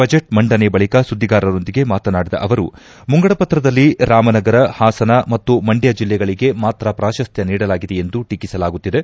budget ಮಂಡನೆ ಬಳಿಕ ಸುದ್ಗಿಗಾರರೊಂದಿಗೆ ಮಾತನಾಡಿದ ಅವರು ಮುಂಗಡ ಪತ್ರದಲ್ಲಿ ರಾಮನಗರ ಹಾಸನ ಮತ್ತು ಮಂಡ್ನ ಜಲ್ಲೆಗಳಗೆ ಮಾತ್ರ ಪ್ರಾಶಸ್ತ್ನ ನೀಡಲಾಗಿದೆ ಎಂದು ಟೀಕಿಸಲಾಗುತ್ತಿದೆ